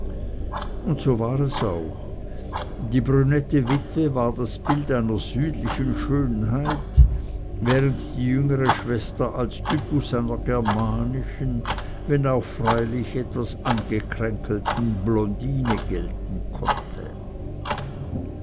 und so war es auch die brünette witwe war das bild einer südlichen schönheit während die jüngere schwester als typus einer germanischen wenn auch freilich etwas angekränkelten blondine gelten konnte